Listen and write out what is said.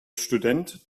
student